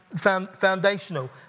foundational